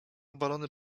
obalony